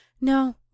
No